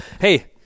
hey